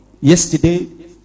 yesterday